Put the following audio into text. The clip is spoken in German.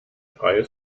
freie